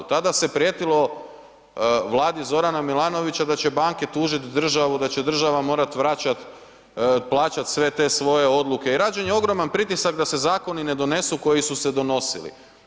Tada se je prijetilo vladi Zorana Milanovića da će banke tužiti državu, da će država morati vraćati, plaćati sve te svoje odluke i rađen je ogroman pritisak da se zakoni ne donesu koji su se donosili.